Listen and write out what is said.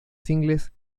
singles